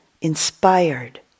inspired